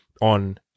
on